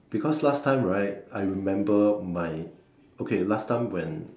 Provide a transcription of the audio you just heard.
because last time right I remember my okay last time when